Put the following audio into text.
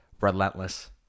relentless